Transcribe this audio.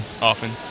often